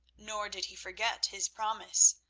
nor did he forget his promise,